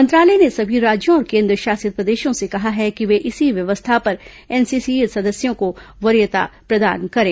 मंत्रालय ने सभी राज्यों और केंद्र शासित प्रदेशों से कहा है कि वे इसी व्यवस्था पर एनसीसी सदस्यों को वरीयता प्रदान करें